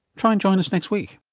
try and join us next week